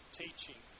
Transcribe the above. teaching